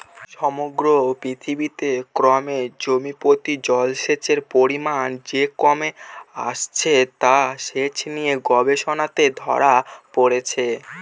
সমগ্র পৃথিবীতে ক্রমে জমিপ্রতি জলসেচের পরিমান যে কমে আসছে তা সেচ নিয়ে গবেষণাতে ধরা পড়েছে